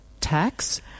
Tax